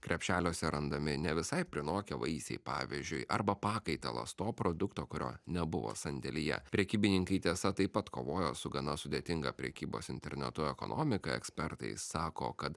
krepšeliuose randami ne visai prinokę vaisiai pavyzdžiui arba pakaitalas to produkto kurio nebuvo sandėlyje prekybininkai tiesa taip pat kovojo su gana sudėtinga prekybos internetu ekonomika ekspertai sako kad